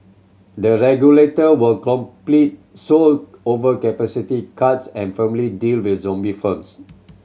the regulator will complete overcapacity cuts and firmly deal with zombie firms